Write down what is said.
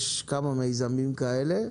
יש כמה מיזמים כאלה.